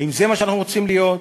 האם זה מה שאנחנו רוצים להיות,